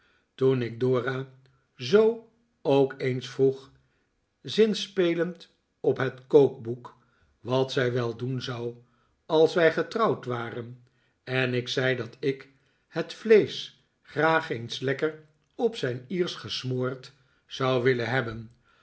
toen ik dora zoo ook eens vroeg zinspelend op het kookboek wat zij wel doen zou als wij getrouwd waren en ik zei dat ik het vleesch graag eens lekker op zijn iersch gesmoord zou willen hebben